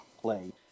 play